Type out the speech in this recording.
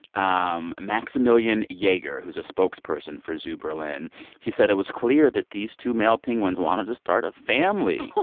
um maximilian jaeger, who's a spokesperson for zoo berlin he said it was clear that these two male penguins wanted to start a family.